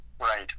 Right